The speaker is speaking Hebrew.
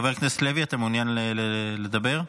מוותר.